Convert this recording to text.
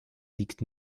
liegt